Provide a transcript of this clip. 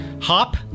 hop